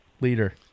leader